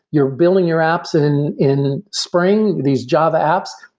you're building your apps in in spring, these java apps.